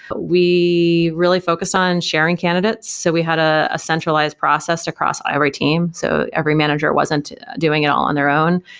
we really focus on sharing candidates, so we had a ah centralized process across ah every team, so every manager wasn't doing it all on their own.